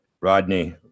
Rodney